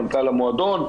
מנכ"ל המועדון,